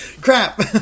Crap